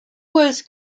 was